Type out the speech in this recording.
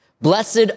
Blessed